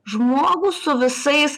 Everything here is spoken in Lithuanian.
žmogų su visais